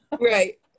Right